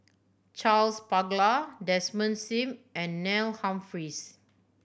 Charles Paglar Desmond Sim and Neil Humphreys